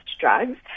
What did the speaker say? drugs